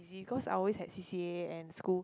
because I always had C_C_A and school